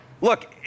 look